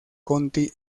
conti